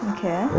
Okay